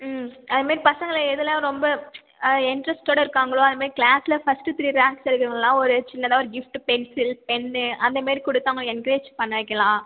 ம் அதுமாதிரி பசங்க எதில் ரொம்ப இன்ட்ரஸ்ட்டோட இருக்காங்களோ அதுமாரி கிளாஸில் ஃபர்ஸ்ட்டு த்ரீ ரேங்க்ஸ் எடுக்குறவங்களாம் ஒரு சின்னதாக ஒரு கிஃப்ட்டு பென்சில் பென்னு அந்தமாரி கொடுத்து அவங்களை என்கரேஜ் பண்ண வைக்கலாம்